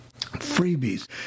freebies